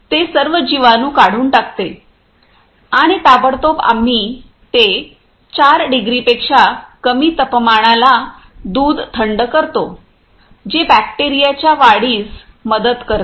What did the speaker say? ते सर्व जीवाणू काढून टाकते आणि ताबडतोब आम्ही ते 4 डिग्रीपेक्षा कमी तपमानाला दूध थंड करतो जे बॅक्टेरियाच्या वाढीस मर्यादित करते